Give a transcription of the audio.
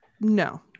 No